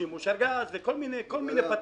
שימוש ארגז, וכל מיני פטנטים.